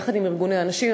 יחד עם ארגוני הנשים,